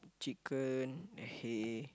chicken hay